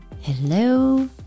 Hello